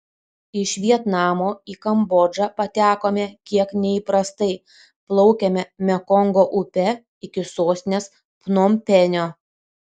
iš vietnamo į kambodžą patekome kiek neįprastai plaukėme mekongo upe iki sostinės pnompenio